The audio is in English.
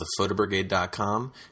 thephotobrigade.com